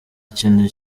kintu